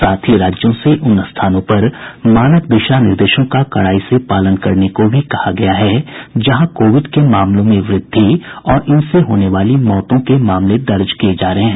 साथ ही राज्यों से उन स्थानों पर मानक दिशा निर्देशों का कड़ाई से पालन करने को कहा गया है जहां कोविड के मामलों में वृद्धि और इनसे होने वाली मौतों के मामले दर्ज किए जा रहे हैं